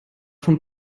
von